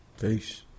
Peace